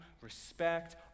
respect